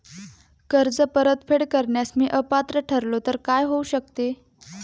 कर्ज परतफेड करण्यास मी अपात्र ठरलो तर काय होऊ शकते?